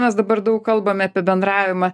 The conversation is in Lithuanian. mes dabar daug kalbame apie bendravimą